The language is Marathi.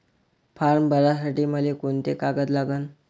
फारम भरासाठी मले कोंते कागद लागन?